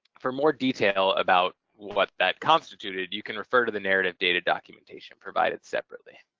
for more detail about what that constituted, you can refer to the narrative data documentation provided separately.